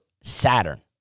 Saturn